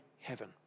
heaven